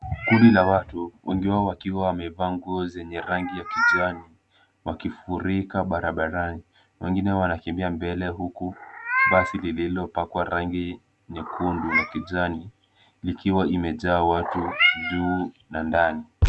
Kundi la watu wengi wao wakiwa wamevaa nguo zenye rangi ya kijani wakifurika barabarani. Wengine wanakimbia mbele huku basi lililopakwa rangi nyekundu na kijani likiwa imejaa watu juu na ndani.